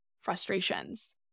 frustrations